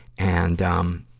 and, um,